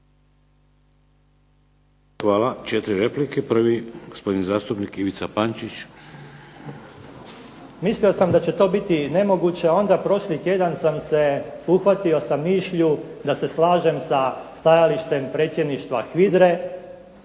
Hvala. Četiri replike. Prvi, gospodin zastupnik Ivica Pančić. **Pančić, Ivica (Nezavisni)** Mislio sam da će to biti nemoguće, a onda prošli tjedan sam se uhvatio sa mišlju da se slažem sa stajalištem Predsjedništva HVIDRA-e